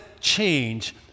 change